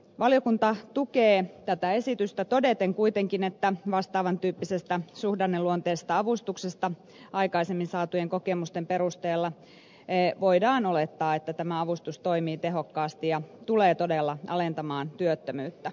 valiokunta tukee tätä esitystä todeten kuitenkin että vastaavan tyyppisestä suhdanneluonteisesta avustuksesta aikaisemmin saatujen kokemusten perusteella voidaan olettaa että tämä avustus toimii tehokkaasti ja tulee todella alentamaan työttömyyttä